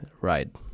right